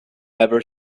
ever